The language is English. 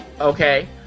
Okay